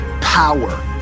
power